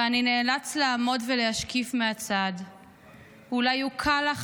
ואני נאלץ לעמוד ולהשקיף מהצד --- אולי הוקל לך